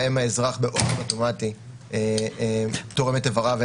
שבהן האזרח באופן אוטומטי תורם את איבריו,